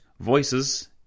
Voices